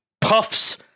puffs